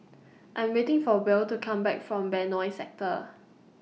I'm waiting For Buell to Come Back from Benoi Sector